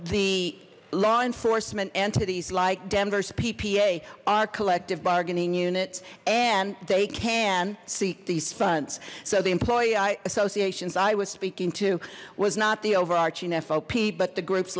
the law enforcement entities like denver's ppa our collective bargaining units and they can seat these funds so the employee associations i was speaking to was not the overarching fop but the groups